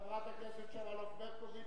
חברת הכנסת שמאלוב-ברקוביץ,